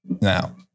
now